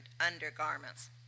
undergarments